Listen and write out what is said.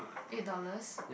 eight dollars